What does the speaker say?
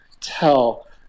tell